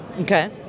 okay